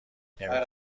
نمیکنم